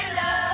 love